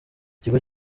ikigo